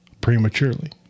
prematurely